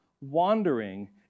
wandering